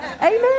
amen